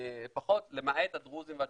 למעט הדרוזים והצ'רקסיים,